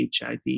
HIV